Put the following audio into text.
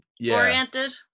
oriented